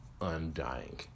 undying